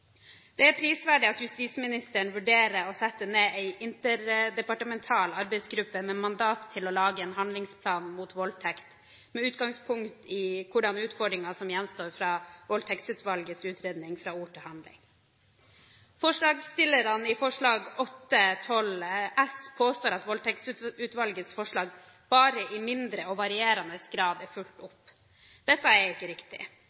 Det er prisverdig at justisministeren vurderer å sette ned en interdepartemental arbeidsgruppe med mandat å lage en handlingsplan mot voldtekt, med utgangspunkt i hvilke utfordringer som gjenstår fra Voldtektsutvalgets utredning Fra ord til handling. Forslagsstillerne i Dokument 8:12 S påstår at Voldtektsutvalgets forslag «bare i mindre og svært varierende grad er fulgt opp». Dette er ikke riktig.